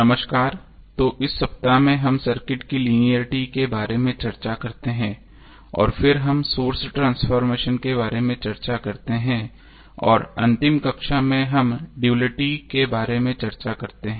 नमस्कार तो इस सप्ताह में हम सर्किट की लीनियर्टी के बारे में चर्चा करते हैं और फिर हम सोर्स ट्रांसफॉर्मेशन के बारे में चर्चा करते हैं और अंतिम कक्षा में हम डुअलिटी के बारे में चर्चा करते हैं